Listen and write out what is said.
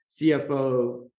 CFO